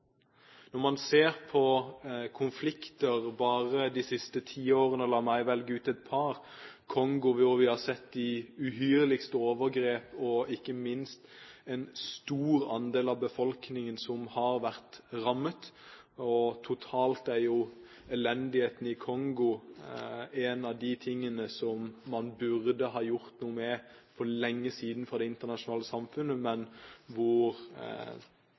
Man kan se på konflikter bare de siste ti årene – og la meg velge ut et par. Vi har Kongo, hvor vi har sett de uhyrligste overgrep og ikke minst at en stor andel av befolkningen har vært rammet. Totalt er jo elendigheten i Kongo en av de tingene som man fra det internasjonale samfunnet burde ha gjort noe med for lenge siden,